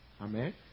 Amen